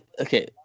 okay